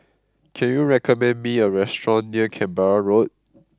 can you recommend me a restaurant near Canberra Road